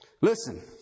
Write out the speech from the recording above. Listen